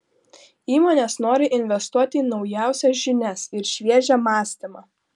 įmonės nori investuoti į naujausias žinias ir šviežią mąstymą